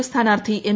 ഫ് സ്ഥാനാർത്ഥി എം